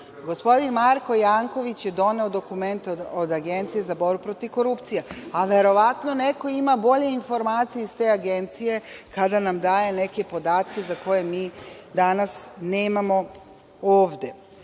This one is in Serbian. Gospodin Marko Janković je doneo dokument od Agencije za borbu protiv korupcije, a verovatno neko ima bolje informacije iz te Agencije kada nam daje neke podatke koje mi danas nemamo ovde. Na